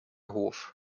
hof